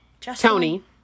Tony